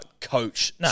Coach